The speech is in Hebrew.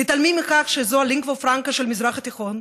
מתעלמים מכך שזו הלינגואה פרנקה של המזרח התיכון,